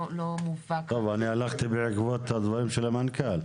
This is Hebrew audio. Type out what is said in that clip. אני הלכתי בעקבות דברי המנכ"ל.